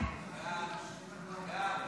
ההצעה להעביר